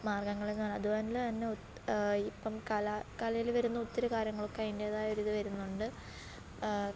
മാർഗംകളി എന്ന് പറയുന്നെ അതുപോലെ തന്നെ ഇപ്പോള് കല കലയില് വരുന്ന ഒത്തിരി കാര്യങ്ങളൊക്കെ അതിൻറ്റേതായ ഒരിത് വരുന്നുണ്ട്